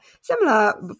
Similar